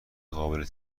قابل